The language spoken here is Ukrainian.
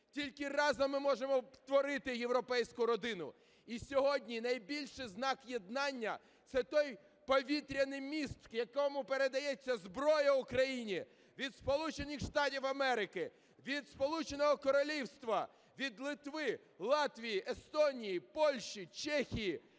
Тільки разом ми можемо творити європейську родину. І сьогодні найбільший знак єднання – це той повітряний міст, по якому передається зброя Україні від Сполучених Штатів Америки, від Сполученого Королівства, від Литви, Латвії, Естонії, Польщі, Чехії,